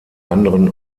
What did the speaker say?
anderen